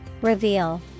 Reveal